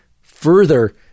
further